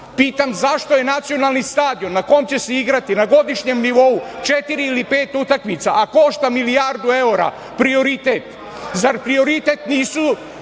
Pitam, zašto je nacionalni stadion na kome će se igrati na godišnjem nivou četiri ili pet utakmica, a košta milijardu evra prioritet? Zar prioritet nisu